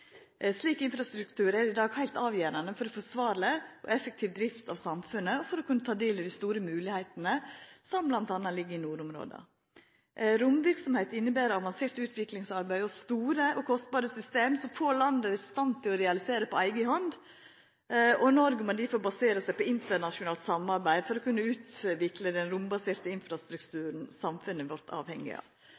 Slik infrastruktur er i dag heilt avgjerande for forsvarleg og effektiv drift av samfunnet, og for å kunna ta del i dei store moglegheitene som m.a. ligg i nordområda. Romverksemd inneber avansert utviklingsarbeid og store og kostbare system som får landa i stand til å realisera på eiga hand, og Noreg må difor basera seg på internasjonalt samarbeid for å kunna utvikla den rombaserte infrastrukturen samfunnet vårt er avhengig